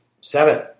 seven